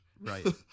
Right